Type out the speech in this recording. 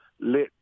let